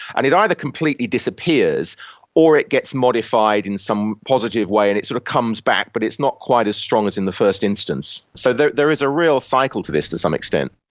and it either completely disappears or it gets modified in some positive way and it sort of comes back but it's not quite as strong as in the first instance. so there there is a real cycle to this to some extent.